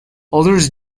others